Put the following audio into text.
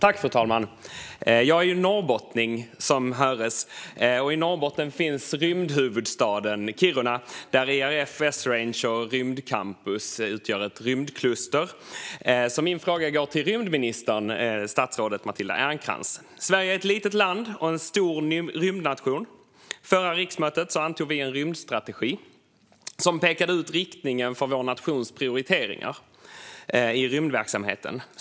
Fru talman! Jag är norrbottning, som höres. I Norrbotten finns rymdhuvudstaden Kiruna, där IRF, Esrange och rymdcampus utgör ett rymdkluster. Min fråga går till rymdministern, statsrådet Matilda Ernkrans. Sverige är ett litet land och en stor rymdnation. Förra riksmötet antog vi en rymdstrategi som pekade ut riktningen för vår nations prioriteringar i rymdverksamheten.